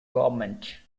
government